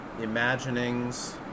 Imaginings